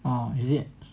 oh is it